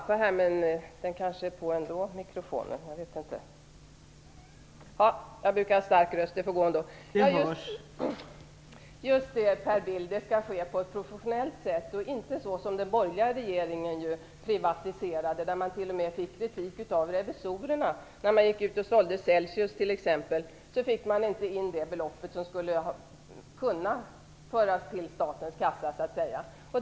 Fru talman! Just det, Per Bill, det skall ske på ett professionellt sätt och inte så som den borgerliga regeringen gjorde när den privatiserade - man fick t.o.m. kritik av revisorerna; när man sålde Celsius fick man exempelvis inte in det belopp som skulle ha kunnat tillföras statens kassa.